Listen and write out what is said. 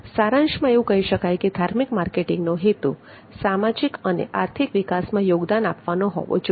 સારાંશમાં એવું કહી શકાય કે ધાર્મિક માર્કેટિંગનો હેતુ સામાજિક અને આર્થિક વિકાસમાં યોગદાન આપવાનો હોવો જોઈએ